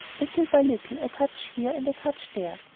little by little, a touch here and a touch there,